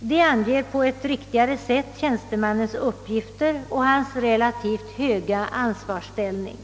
som på ett riktigare sätt anger tjänstemannens uppgifter och hans relativt höga ansvarsställning.